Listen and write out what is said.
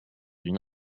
une